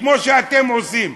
כמו שאתם עושים.